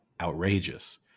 outrageous